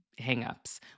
hangups